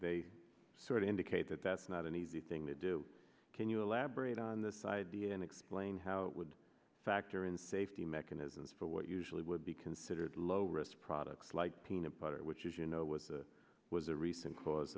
they sort of indicate that that's not an easy thing to do can you elaborate on the side the and explain how it would factor in safety mechanisms for what usually would be considered low risk products like peanut butter which as you know was a was a recent cause